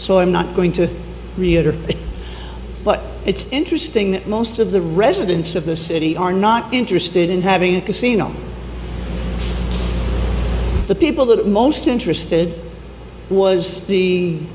so i'm not going to reiterate it but it's interesting that most of the residents of the city are not interested in having a casino the people that are most interested was the